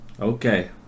okay